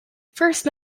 first